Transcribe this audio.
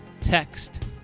Text